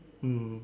mm